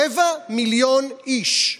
רבע מיליון איש.